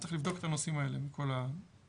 צריך לבדוק את הנושאים האלה מכל הזוויות.